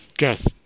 Yes